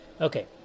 Okay